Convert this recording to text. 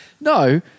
No